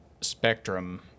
spectrum